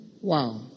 Wow